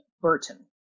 Burton